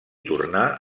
tornar